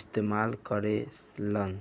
इस्तेमाल करे लसन